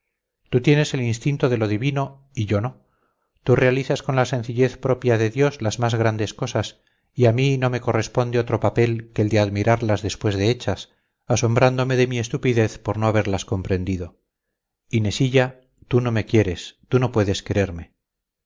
tú tienes el instinto de lo divino y yo no tú realizas con la sencillez propia de dios las más grandes cosas y a mí no me corresponde otro papel que el de admirarlas después de hechas asombrándome de mi estupidez por no haberlas comprendido inesilla tú no me quieres tú no puedes quererme